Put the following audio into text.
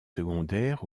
secondaires